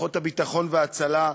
לכוחות הביטחון וההצלה,